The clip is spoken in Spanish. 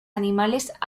animales